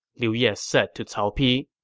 liu ye said to cao pi.